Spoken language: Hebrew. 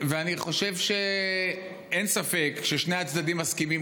אני חושב שאין ספק ששני הצדדים מסכימים